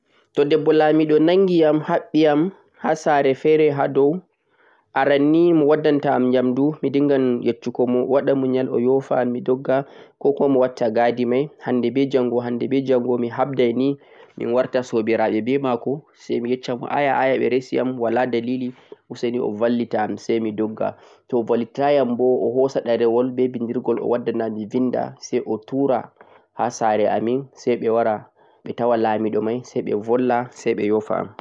To debbo lamiɗo nangi'am haɓɓe'am ha sare fere ha dou, aran nii miwaddanta'am nyamdu midingan yesh-shugo mo owaɗa munyal oyofa'am mi doggakokuma mo watta ga'adimai hande be jango mi habdai nii min warta sobiraɓe be mako mi yesh-shamo aya-aya ha ɓe resi'am wala dalili useni ovallita'am sai mi dogga to'o vallititayan bo o hosa ɗarewol be bindirgol o waddana'am mi vinda sai otura ha sare amin saiɓe wara ɓe tawa lamiɗo mai sai ɓe volwa sai ɓe yofa'am.